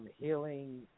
healing